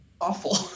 awful